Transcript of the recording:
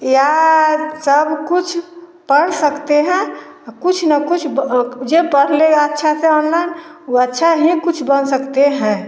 या सब कुछ पढ़ सकते हैं कुछ ना कुछ जे पढ़ लेगा अच्छा से ऑनलाइन व अच्छा ही कुछ बन सकते हैं